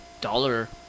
dollar